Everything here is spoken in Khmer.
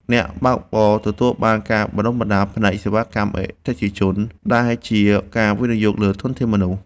អ្នកបើកបរទទួលបានការបណ្ដុះបណ្ដាលផ្នែកសេវាកម្មអតិថិជន ដែលជាការវិនិយោគលើធនធានមនុស្ស។